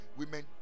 women